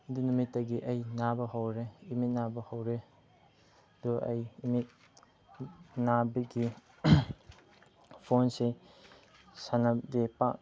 ꯑꯗꯨ ꯅꯨꯃꯤꯠꯇꯒꯤ ꯑꯩ ꯅꯥꯕ ꯍꯧꯔꯦ ꯏꯃꯤꯠ ꯅꯥꯕ ꯍꯧꯔꯦ ꯑꯗꯨ ꯑꯩ ꯏꯃꯤꯠ ꯅꯥꯕꯒꯤ ꯐꯣꯟꯁꯦ ꯁꯥꯟꯅꯕꯗꯤ ꯄꯥꯛ